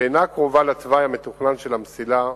שאינה קרובה לתוואי המתוכנן של המסילה,